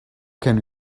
can